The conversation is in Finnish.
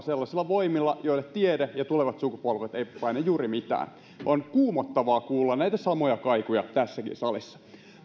sellaisilla voimilla joille tiede ja tulevat sukupolvet eivät paina juuri mitään on kuumottavaa kuulla näitä samoja kaikuja tässäkin salissa